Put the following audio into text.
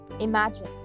Imagine